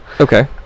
Okay